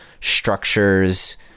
structures